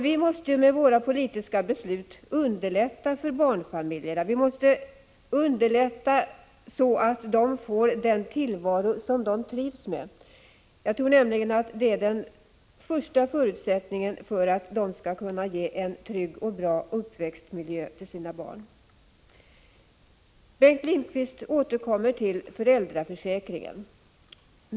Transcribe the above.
Vi måste med våra politiska beslut underlätta för barnfamiljerna, så att de får den tillvaro som de trivs med. Det är den första förutsättningen för att de skall kunna ge sina barn en trygg och bra uppväxtmiljö. Bengt Lindqvist återkommer till föräldraförsäkringen.